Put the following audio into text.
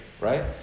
right